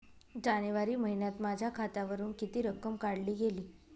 जानेवारी महिन्यात माझ्या खात्यावरुन किती रक्कम काढली गेली?